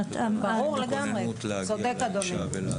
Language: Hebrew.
אדוני צודק.